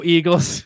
Eagles